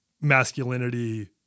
masculinity